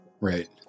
Right